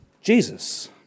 Jesus